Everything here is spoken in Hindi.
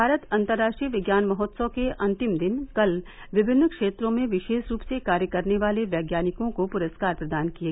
भारत अंतर्राष्ट्रीय विज्ञान महोत्सव के अंतिम दिन कल विभिन्न क्षेत्रों में विशेष रूप से कार्य करने वाले वैज्ञानिकों को पुरस्कार प्रदान किये